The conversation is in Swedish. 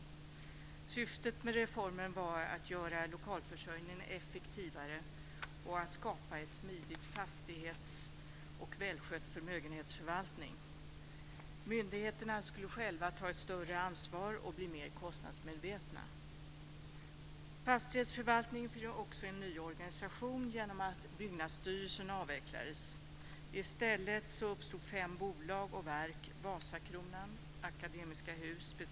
Syftet med reformen var att göra lokalförsörjningen effektivare och att skapa en smidig fastighets och välskött förmögenhetsförvaltning. Myndigheterna skulle själva ta ett större ansvar och bli mer kostnadsmedvetna. Fastighetsförvaltningen fick också en ny organisation genom att Byggnadsstyrelsen avvecklades.